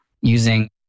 using